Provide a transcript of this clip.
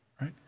right